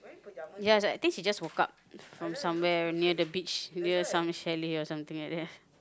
ya I think she just woke up from somewhere near the beach near some chalet something like that